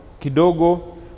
kidogo